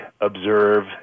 observe